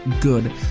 good